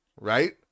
Right